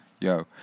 Yo